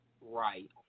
Right